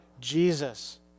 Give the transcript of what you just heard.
Jesus